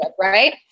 right